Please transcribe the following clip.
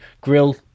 grill